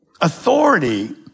Authority